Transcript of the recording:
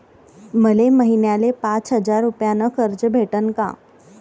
मले महिन्याले पाच हजार रुपयानं कर्ज भेटन का?